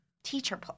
Teacher